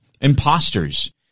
imposters